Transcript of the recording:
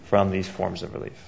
from these forms of relief